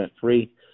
free